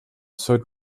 sought